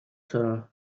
sarah